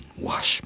Wash